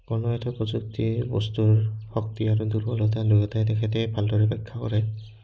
কোনো এটা প্ৰযুক্তি বস্তুৰ শক্তি আৰু দুৰ্বলতা দুয়োটাই তেখেতে ভালদৰে ব্যাখ্যা কৰে